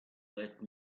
let